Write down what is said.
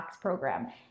program